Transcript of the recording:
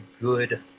good